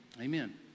Amen